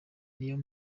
niyo